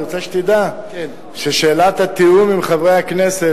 אני רוצה שתדע ששאלת התיאום עם חברי הכנסת,